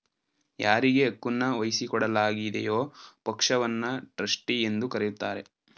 ಯಾರಿಗೆ ಹಕ್ಕುನ್ನ ವಹಿಸಿಕೊಡಲಾಗಿದೆಯೋ ಪಕ್ಷವನ್ನ ಟ್ರಸ್ಟಿ ಎಂದು ಕರೆಯುತ್ತಾರೆ